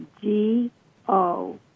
G-O